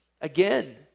again